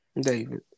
David